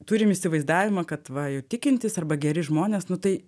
turim įsivaizdavimą kad va jau tikintys arba geri žmonės tai